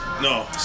No